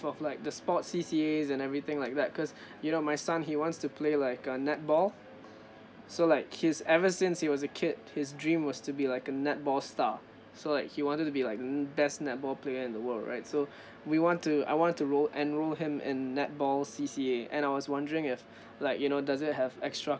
of like the sports C_C_A and everything like that cause you know my son he wants to play like uh netball so like he's ever since he was a kid his dream was to be like a netball star so like he wanted to be like the um best netball player in the world right so we want to I want to roll enroll him in netball C_C_A and I was wondering if like you know does it have extra